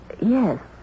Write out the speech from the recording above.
Yes